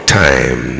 time